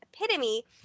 epitome